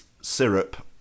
syrup